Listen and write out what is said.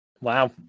Wow